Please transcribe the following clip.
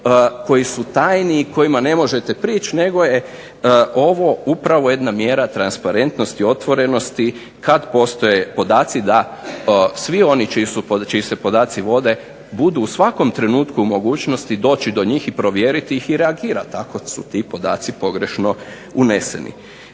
koji su tajni i kojima ne možete prići, nego je ovo upravo jedna mjera transparentnosti, otvorenosti kada postoje podaci da svi oni čiji se podaci da svi oni čiji se podaci vode budu u svakom trenutku u mogućnosti doći do njih, provjeriti i reagirati ako su ti podaci pogrešno unešeni.